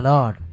Lord